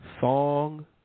Song